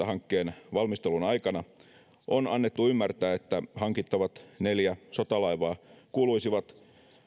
hankkeen valmistelun aikana on annettu ymmärtää että hankittavat neljä sotalaivaa kuuluisivat